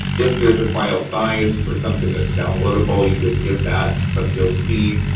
if there's a file size for something that's downloadable, you would give that in subfield c.